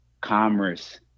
commerce